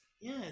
Yes